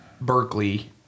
Berkeley